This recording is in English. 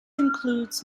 includes